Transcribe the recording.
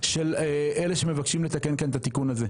של אלה שמבקשים לתקן כאן את התיקון הזה.